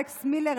אלכס מילר,